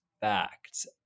fact